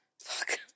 Fuck